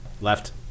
Left